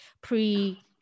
pre